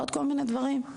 ועוד כל מיני דברים,